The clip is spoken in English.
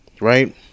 right